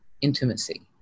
intimacy